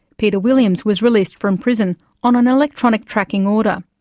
peter williams was released from prison on an electronic tracking order.